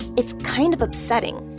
it's kind of upsetting.